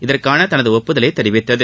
இதற்கான தனது ஒப்புதலை தெரிவித்தது